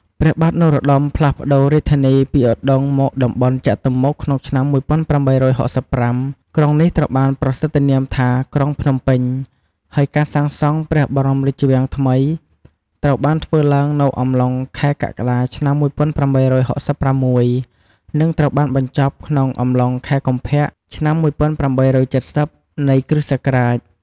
ព្រះបាទ នរោត្តម ផ្លាស់ប្ដូររាជធានី ពីឧដុង្គ មកតំបន់ចតុមុខ ក្នុងឆ្នាំ ១៨៦៥ ក្រុងនេះត្រូវបានប្រសិទ្ធនាមថា ក្រុងភ្នំពេញ ហើយការសាងសង់ព្រះបរមរាជវាំងថ្មី ត្រូវបានធ្វើឡើងនៅអំឡុងខែ កក្កដា ឆ្នាំ ១៨៦៦ និង ត្រូវបានបញ្ចប់ក្នុងអំឡុង ខែកុម្ភៈ ឆ្នាំ ១៨៧០ នៃគ.សករាជ ។